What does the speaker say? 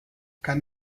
kann